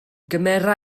gymera